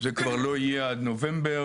זה כבר לא יהיה עד נובמבר.